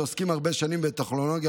שעוסקים הרבה שנים בטכנולוגיה,